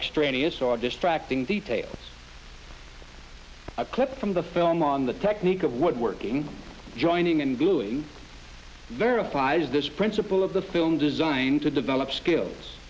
extraneous or distracting details a clip from the film on the technique of woodworking joining and viewing verifies this principle of the film design to develop skills